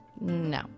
No